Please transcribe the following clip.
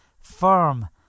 firm